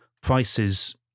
prices